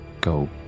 go